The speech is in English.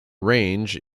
range